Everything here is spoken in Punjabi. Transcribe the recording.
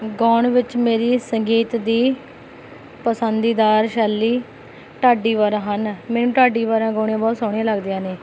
ਗਾਉਣ ਵਿੱਚ ਮੇਰੀ ਸੰਗੀਤ ਦੀ ਪਸੰਦੀਦਾਰ ਸ਼ੈਲੀ ਢਾਡੀ ਵਾਰਾਂ ਹਨ ਮੈਨੂੰ ਢਾਡੀ ਵਾਰਾਂ ਗਾਉਣੀਆਂ ਬਹੁਤ ਸੋਹਣੀਆਂ ਲੱਗਦੀਆਂ ਨੇ